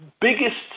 biggest